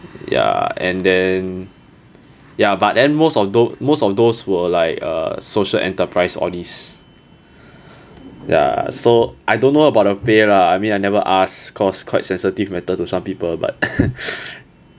ya and then ya but then most of those most of those were like uh social enterprise all these ya so I don't know about the pay lah I mean I never ask cause quite sensitive matter to some people but